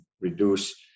reduce